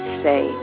say